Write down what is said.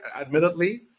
admittedly